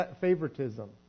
favoritism